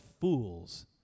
fools